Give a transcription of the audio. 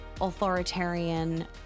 authoritarian